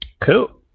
Cool